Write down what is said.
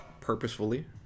purposefully